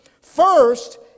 First